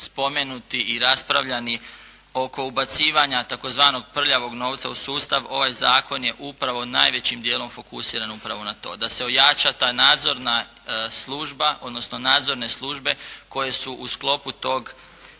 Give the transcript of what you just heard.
spomenuti i raspravljani oko ubacivanja tzv. prljavog novca u sustav, ovaj zakon je upravo najvećim dijelom fokusiran upravo na to, da se ojača ta nadzorna služba odnosno nadzorne službe koje su u sklopu tog